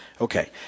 Okay